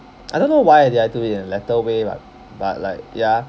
I don't know why did I do it in letter way but but like ya